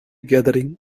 gathering